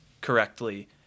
correctly